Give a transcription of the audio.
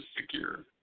secure